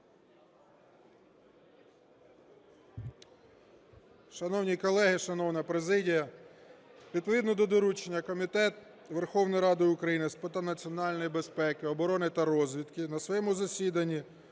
Шановні колеги, шановна президія, відповідно до доручення Комітет Верховної Ради України з питань національної безпеки, оборони та розвідки на своєму засіданні